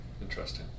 Interesting